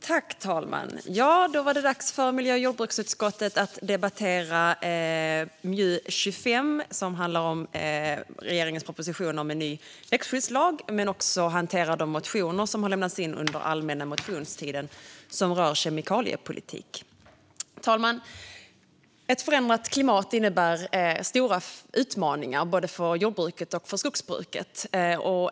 En ny växtskyddslag Fru talman! Då var det dags för miljö och jordbruksutskottet att debattera MJU25, som handlar om regeringens proposition om en ny växtskyddslag men också hanterar de motioner som rör kemikaliepolitik som har lämnats in under allmänna motionstiden. Fru talman! Ett förändrat klimat innebär stora utmaningar både för jordbruket och för skogsbruket.